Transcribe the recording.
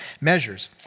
measures